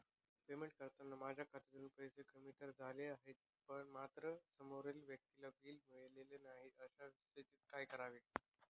Payment करताना माझ्या खात्यातून पैसे कमी तर झाले आहेत मात्र समोरील व्यक्तीला बिल मिळालेले नाही, अशा स्थितीत काय करावे?